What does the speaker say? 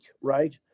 right